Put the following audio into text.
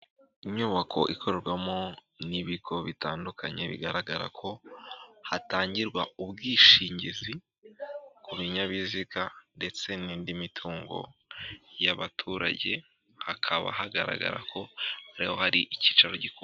Inyubako ikorerwamo n'ibigo bitandukanye bigaragara ko hatangirwa ubwishingizi ku binyabiziga ndetse n'indi mitungo y'abaturage. Hakaba hagaragara ko ariho hari icyicaro gikuru.